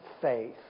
faith